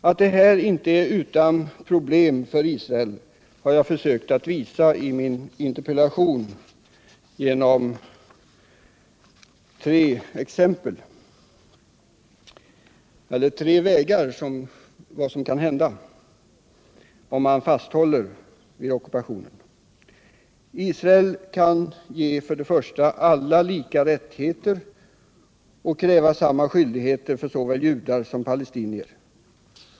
Att ockupationen inte är utan problem för Israel har jag försökt visa i min interpellation genom att peka på tre tänkbara utvecklingsvägar, om man fasthåller vid ockupationen: ”1. Israel ger alla lika rättigheter och kräver samma skyldigheter av såväl judar som palestinier.